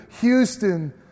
Houston